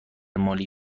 مالی